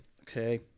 okay